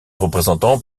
représentants